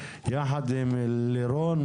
יחד עם לירון,